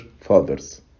fathers